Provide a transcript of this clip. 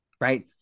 Right